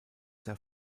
der